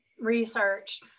research